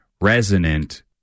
resonant